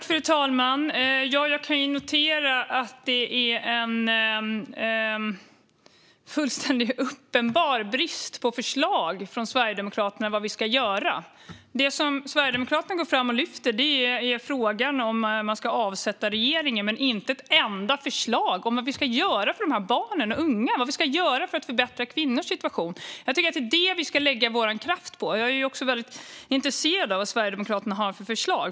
Fru talman! Jag kan notera att det råder en fullständigt uppenbar brist på förslag från Sverigedemokraterna på vad vi ska göra. Det som Sverigedemokraterna går fram och lyfter är frågan om hur man ska avsätta regeringen, men de har inte ett enda förslag på vad vi ska göra för dessa barn och unga. Och vad ska vi göra för att förbättra kvinnors situation? Jag tycker att det är det vi ska lägga vår kraft på, och jag är väldigt intresserad av vad Sverigedemokraterna har för förslag.